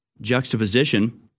juxtaposition